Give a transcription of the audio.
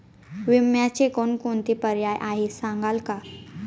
विम्याचे कोणकोणते पर्याय आहेत सांगाल का?